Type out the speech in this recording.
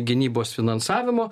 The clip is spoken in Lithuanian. gynybos finansavimo